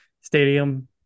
stadium